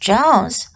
Jones